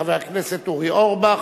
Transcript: חבר הכנסת אורי אורבך,